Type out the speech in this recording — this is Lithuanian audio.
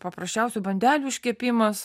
paprasčiausių bandelių iškepimas